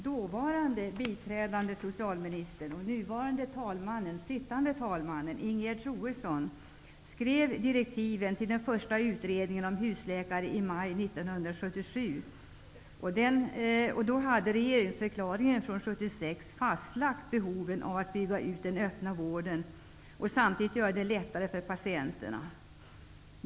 Dåvarande biträdande socialministern, nuvarande talmannen, Ingegerd Troedsson skrev direktiven till den första utredningen om husläkare i maj 1977. fastlagt behovet av att bygga ut den öppna vården och att samtidigt göra det lättare för patienterna.